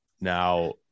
Now